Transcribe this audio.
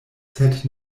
sed